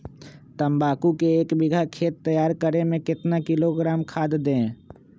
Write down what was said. तम्बाकू के एक बीघा खेत तैयार करें मे कितना किलोग्राम खाद दे?